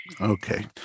Okay